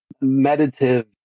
meditative